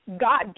God